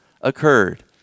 occurred